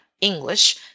English